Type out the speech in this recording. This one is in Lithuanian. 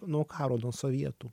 nuo karo nuo sovietų